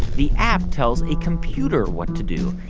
the app tells a computer what to do.